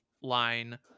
line